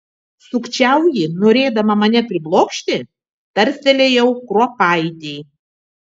sukčiauji norėdama mane priblokšti tarstelėjau kruopaitei